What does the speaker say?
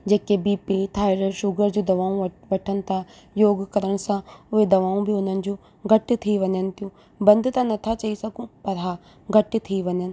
जेके BP thyroid sugar जूं दवाऊं वठ वठनि था योग करण सां उहे दवाऊं बि उन्हनि जूं घटि थी वञनि थियूं बंदि त नथा चई सघूं पर हा घटि थी वञनि